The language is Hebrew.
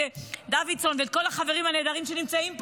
דוידסון ואת כל החברים הנהדרים שנמצאים פה,